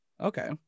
okay